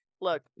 Look